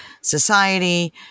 society